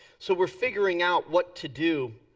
so we're figuring out what to do.